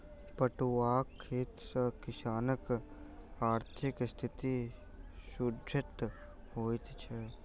पटुआक खेती सॅ किसानकआर्थिक स्थिति सुदृढ़ होइत छै